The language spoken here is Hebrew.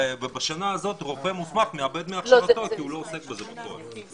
ובשנה הזאת רופא מוסמך מאבד מהכשרתו כי הוא לא עוסק בזה בפועל.